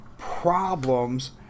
problems